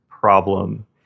problem